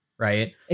Right